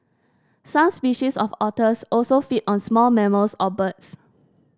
some species of otters also feed on small mammals or birds